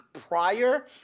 prior